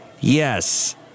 Yes